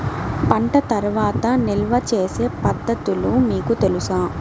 పంట తర్వాత నిల్వ చేసే పద్ధతులు మీకు తెలుసా?